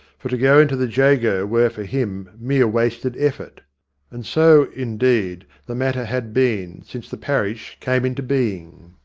for to go into the jago were for him mere wasted effort. and so, indeed, the matter had been since the parish came into being.